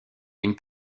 une